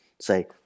say